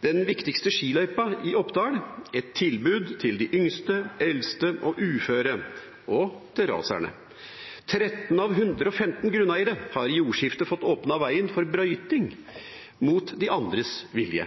Det har vært viktigste skiløypa i Oppdal, et tilbud til de yngste, eldste, uføre og racerne. 13 av 115 grunneiere har i jordskifte fått åpnet veien for brøyting, mot de andres vilje.